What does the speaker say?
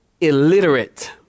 illiterate